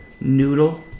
Noodle